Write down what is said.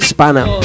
Spanner